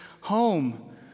home